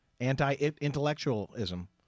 anti-intellectualism